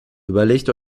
überlegt